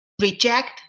reject